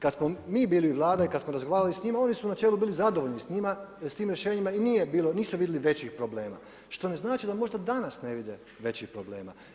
Kada smo mi bili vlada i kada smo razgovarali s njima oni su u načelu bili zadovoljni s njima s tim rješenjima i nisu vidjeli većih problema, što ne znači da možda danas ne vide većih problema.